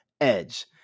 Edge